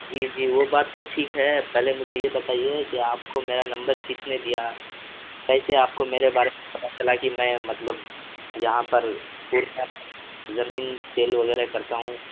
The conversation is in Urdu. جی جی وہ بات تو ٹھیک ہے پہلے مجھے یہ بتائیے کہ آپ کو میرا نمبر کس نے دیا کیسے آپ کو میرے بارے میں پتا چلا کہ میں مطلب یہاں پر پورنیہ میں زمین سیل وغیرہ کرتا ہوں